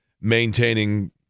maintaining